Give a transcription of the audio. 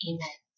Amen